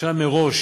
השנה, מראש